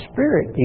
Spirit